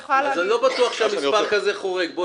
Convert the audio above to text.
בסדר, אז אני לא בטוח שמספר כזה חורג.